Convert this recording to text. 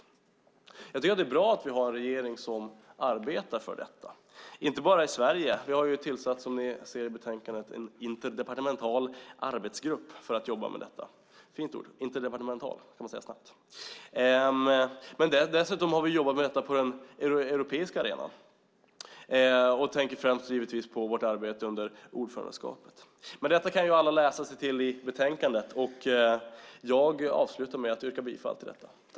Jag tycker att det är bra att vi har en regering som arbetar för detta, inte bara i Sverige. Vi har, som ni ser i betänkandet, tillsatt en interdepartemental arbetsgrupp för att jobba med detta. Det är ett fint ord som man kan säga snabbt - interdepartemental. Dessutom har vi jobbat med detta på den europeiska arenan. Jag tänker givetvis främst på vårt arbete under ordförandeskapet. Detta kan alla läsa sig till i betänkandet, och jag avslutar med att yrka bifall till förslaget i betänkandet.